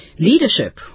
Leadership